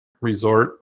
resort